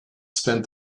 spent